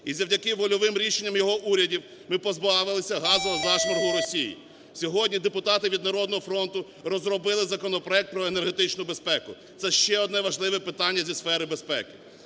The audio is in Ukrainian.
І завдяки вольовим рішенням його уряду ми позбавилися газового зашморгу Росії. Сьогодні депутати від "Народного фронту" розробили законопроект про енергетичну безпеку. Це ще одне важливе питання зі сфери безпеки.